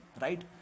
right